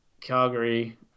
Calgary